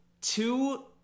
two